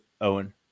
Owen